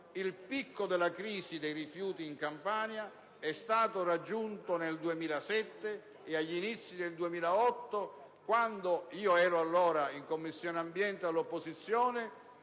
Il picco della crisi dei rifiuti in Campania è stato raggiunto nel 2007 e agli inizi del 2008, quando ‑ allora io ero membro della Commissione ambiente all'opposizione